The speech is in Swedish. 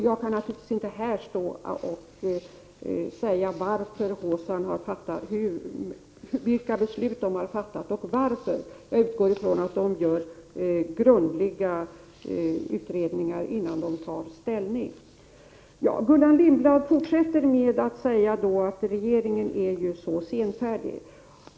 Jag kan naturligtvis inte stå här och säga vilka beslut ansvarsnämnden har fattat och varför — jag utgår från att man gör grundliga utredningar innan man tar ställning. Gullan Lindblad fortsätter med att säga att regeringen är så senfärdig.